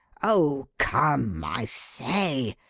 oh, come, i say!